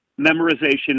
memorization